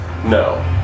No